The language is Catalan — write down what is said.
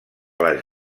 les